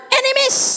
enemies